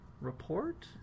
report